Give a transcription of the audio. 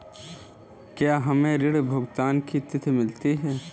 क्या हमें ऋण भुगतान की तिथि मिलती है?